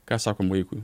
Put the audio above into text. ką sakom vaikui